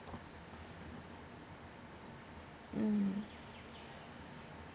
mm